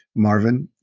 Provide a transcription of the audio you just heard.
marvin,